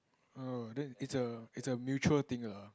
oh it's a it's a mutual thing ah